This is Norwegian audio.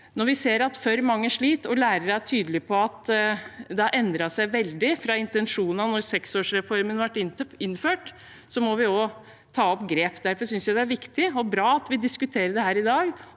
Når vi ser at for mange sliter, og lærere er tydelige på at det har endret seg veldig fra intensjonene da seksårsreformen ble innført, må vi også ta grep. Derfor synes jeg det er viktig og bra at vi diskuterer dette i dag,